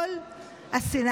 זה כל מה שאני אומר.